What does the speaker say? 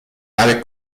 ave